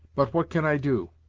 but what can i do?